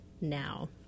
now